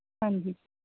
ਹਾਂਜੀ